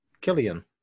Killian